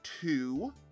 two